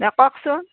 দে কওকচোন